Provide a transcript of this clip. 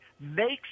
makes